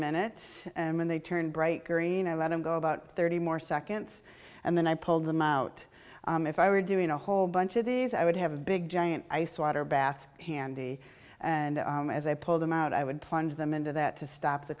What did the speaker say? minutes and when they turn bright green i let him go about thirty more seconds and then i pulled them out if i were doing a whole bunch of these i would have a big giant ice water bath handy and as i pull them out i would plunge them into that to stop the